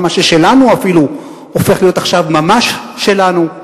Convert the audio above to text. גם מה ששלנו אפילו הופך להיות עכשיו ממש שלנו.